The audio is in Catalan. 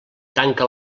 tanca